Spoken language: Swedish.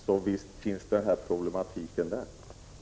Så visst finns problematiken även där.